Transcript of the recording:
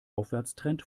aufwärtstrend